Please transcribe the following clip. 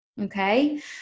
Okay